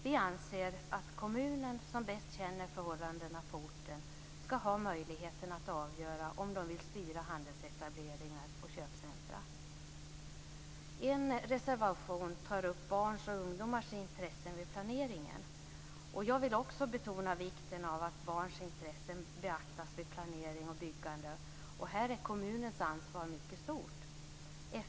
Vi anser att kommunen, som bäst känner förhållandena på orten, skall ha möjligheten att avgöra om man vill styra handelsetableringar och köpcentrum. En reservation tar upp barns och ungdomars intressen vid planeringen. Jag vill också betona vikten av att barns intressen beaktas vid planering och byggande. Här är kommunens ansvar mycket stort.